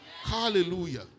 Hallelujah